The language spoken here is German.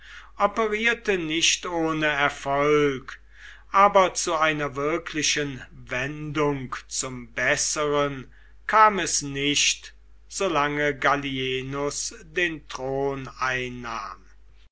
operierte nicht ohne erfolg aber zu einer wirklichen wendung zum besseren kam es nicht solange gallienus den thron einnahm